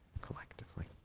collectively